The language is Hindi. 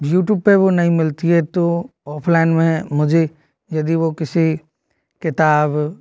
यूटूब पर वो नहीं मिलती है तो ऑफलाइन में मुझे यदि वो किसी किताब